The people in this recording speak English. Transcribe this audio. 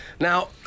now